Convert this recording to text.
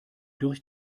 durch